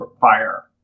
fire